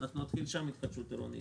נתחיל שם התחדשות עירונית.